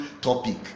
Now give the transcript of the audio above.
topic